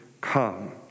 come